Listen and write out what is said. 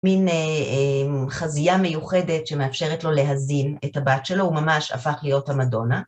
מין חזייה מיוחדת שמאפשרת לו להזין את הבת שלו, הוא ממש הפך להיות המדונה.